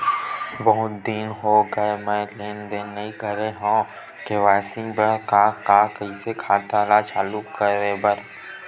बहुत दिन हो गए मैं लेनदेन नई करे हाव के.वाई.सी बर का का कइसे खाता ला चालू करेबर?